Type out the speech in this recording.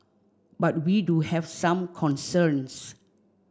but we do have some concerns